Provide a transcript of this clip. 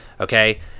Okay